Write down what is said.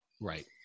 Right